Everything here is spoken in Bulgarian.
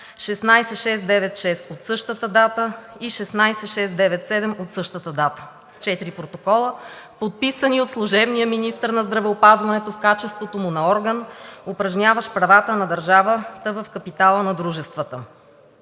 16696 от същата дата и № 16697 от същата дата – четири протокола, подписани от служебния министър на здравеопазването в качеството му на орган, упражняващ правата на държавата в капитала на дружествата.